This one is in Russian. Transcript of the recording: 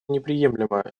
неприемлема